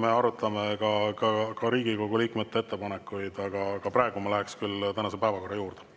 me arutame ka Riigikogu liikmete ettepanekuid, aga praegu ma läheksin küll tänase päevakorra juurde.